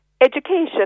Education